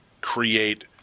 create